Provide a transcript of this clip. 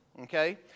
Okay